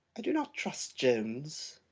i do not trust jones.